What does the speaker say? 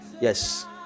yes